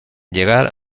llegar